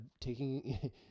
taking